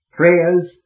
prayers